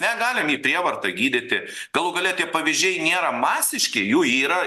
negalim jį prievarta gydyti galų gale tie pavyzdžiai nėra masiški jų yra